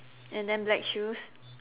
and then black shoes